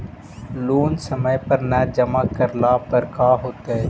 Loan समय पर न जमा करला पर का होतइ?